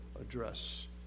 address